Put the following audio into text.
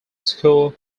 school